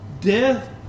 Death